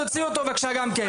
תוציאו אותו בבקשה גם כן.